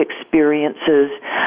experiences